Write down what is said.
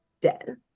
dead